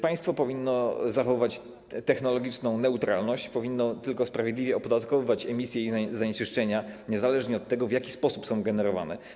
Państwo powinno zachować technologiczną neutralność, powinno tylko sprawiedliwie opodatkowywać emisje i zanieczyszczenia niezależnie od tego, w jaki sposób są generowane.